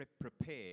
prepare